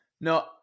No